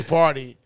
party